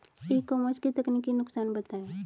ई commerce के तकनीकी नुकसान बताएं?